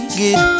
get